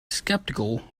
skeptical